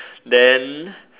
then